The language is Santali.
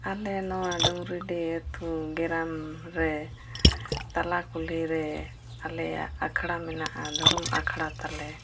ᱟᱞᱮ ᱱᱚᱣᱟ ᱰᱩᱝᱨᱤᱰᱤ ᱟᱹᱛᱩ ᱜᱮᱨᱟᱢᱨᱮ ᱛᱟᱞᱟ ᱠᱩᱞᱦᱤ ᱨᱮ ᱟᱞᱮᱭᱟᱜ ᱟᱠᱷᱟᱲᱟ ᱢᱮᱱᱟᱜᱼᱟ ᱫᱷᱚᱨᱚᱢ ᱟᱠᱷᱟᱲᱟ ᱛᱟᱞᱮ